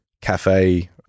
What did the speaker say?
cafe